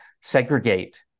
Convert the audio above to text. segregate